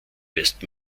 west